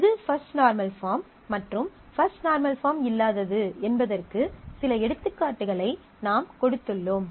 எது first normal form மற்றும் first normal form இல்லாதது என்பதற்கு சில எடுத்துக்காட்டுகளை நாம் கொடுத்துள்ளோம்